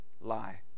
lie